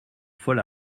fol